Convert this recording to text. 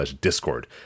Discord